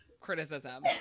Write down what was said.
criticism